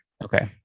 Okay